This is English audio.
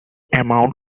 amount